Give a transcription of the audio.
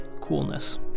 Coolness